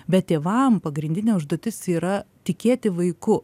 bet tėvam pagrindinė užduotis yra tikėti vaiku